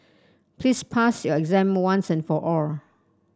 please pass your exam once and for all